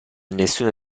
nessuna